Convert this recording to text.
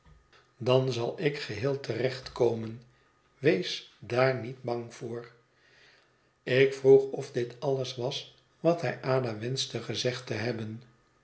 dan zal ik geheel het verlaten huis te recht komen wees daar niet bang voor ik vroeg of dit alles was dat hij ada wenschte gezegd te hebben